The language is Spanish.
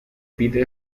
pide